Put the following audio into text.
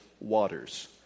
waters